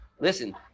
Listen